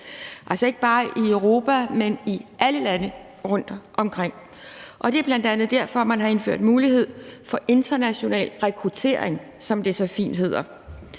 altså ikke bare i Europa, men i alle lande rundtomkring. Det er bl.a. derfor, man har indført mulighed for international rekruttering, som det så fint hedder.